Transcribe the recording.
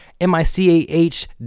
M-I-C-A-H